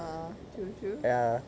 ah true true